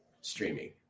streaming